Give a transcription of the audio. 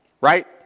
right